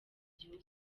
gihugu